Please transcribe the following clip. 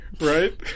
right